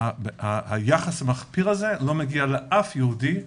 היחס המחפיר הזה, לא מגיע לאף יהודי.